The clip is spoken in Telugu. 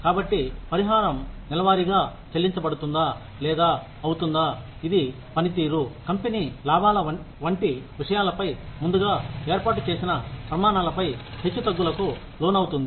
కాబట్టి పరిహారం నెలవారీగా చెల్లించబడుతుందా లేదా అవుతుందా ఇది పనితీరు కంపెనీ లాభాల వంటి విషయాలపై ముందుగా ఏర్పాటు చేసిన ప్రమాణాలపై హెచ్చుతగ్గులకు లోనవుతుంది